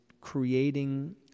creating